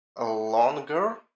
longer